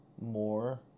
more